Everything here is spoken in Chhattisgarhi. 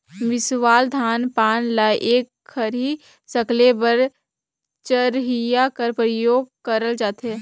मिसावल धान पान ल एक घरी सकेले बर चरहिया कर परियोग करल जाथे